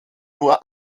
nur